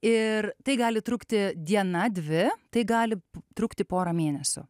ir tai gali trukti diena dvi tai gali trukti porą mėnesių